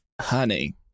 Honey